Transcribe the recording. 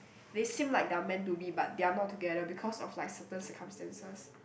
they seem like they are meant to be but they are not together because of like certain circumstances